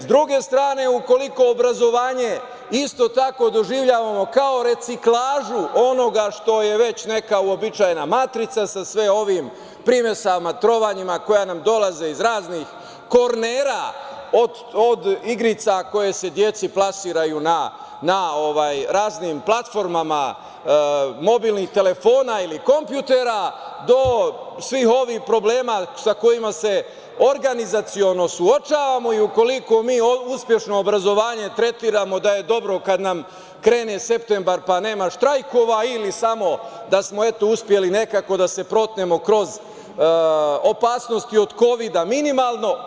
S druge strane ukoliko obrazovanje isto tako doživljavamo kao reciklažu onoga što je već neka uobičajena matrica sa sve ovim primesama, trovanjima koja nam dolaze iz raznih kornera od igrica koje se deci plasiraju na raznim platformama mobilnih telefona ili kompjutera, do svih novih problema sa kojima se organizaciono suočavamo i ukoliko mi uspešno obrazovanje tretiramo da je dobro kad nam krene septembar pa, nema štrajkova, ili samo da smo eto, uspeli nekako da se protnemo kroz opasnosti od kovida minimalno.